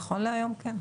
נכון להיום, כן.